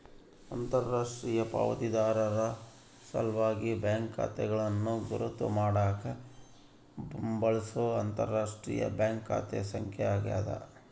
ಅಂತರರಾಷ್ಟ್ರೀಯ ಪಾವತಿದಾರರ ಸಲ್ವಾಗಿ ಬ್ಯಾಂಕ್ ಖಾತೆಗಳನ್ನು ಗುರುತ್ ಮಾಡಾಕ ಬಳ್ಸೊ ಅಂತರರಾಷ್ಟ್ರೀಯ ಬ್ಯಾಂಕ್ ಖಾತೆ ಸಂಖ್ಯೆ ಆಗ್ಯಾದ